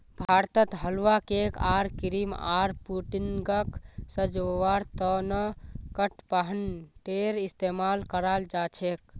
भारतत हलवा, केक आर क्रीम आर पुडिंगक सजव्वार त न कडपहनटेर इस्तमाल कराल जा छेक